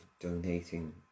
donating